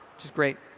which is great.